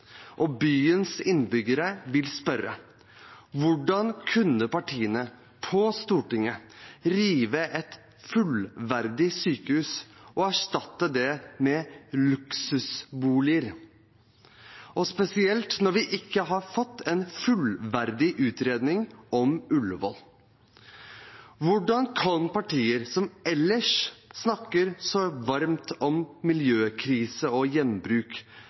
og byens innbyggere vil spørre: Hvordan kunne partiene på Stortinget rive et fullverdig sykehus og erstatte det med luksusboliger, spesielt når vi ikke har fått en fullverdig utredning om Ullevål. Hvordan kan partier som ellers snakker så varmt om miljøkrise og gjenbruk,